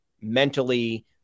mentally